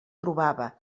trobava